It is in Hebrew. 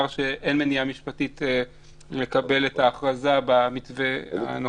שאין מניעה משפטית לקבל את ההכרזה במתווה הנוכחי.